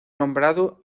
nombrado